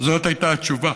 זאת הייתה התשובה.